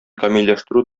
камилләштерү